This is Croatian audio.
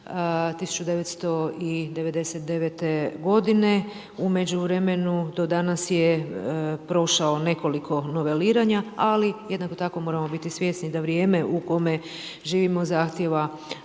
1999. g. u međuvremenu do danas je prošao nekoliko noveliranja, ali jednako tako moramo biti svjesni da vrijeme u kome živimo zahtjeva